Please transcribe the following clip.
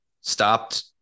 stopped